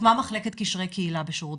הוקמה מח' קשרי קהילה בשב"ס